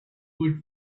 would